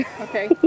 Okay